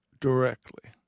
directly